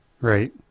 right